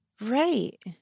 Right